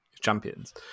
Champions